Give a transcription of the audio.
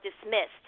dismissed